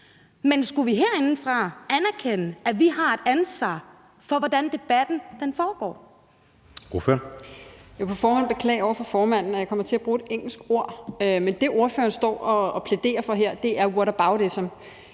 Men skulle vi herindefra anerkende, at vi har et ansvar for, hvordan debatten foregår?